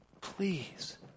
Please